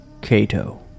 Cato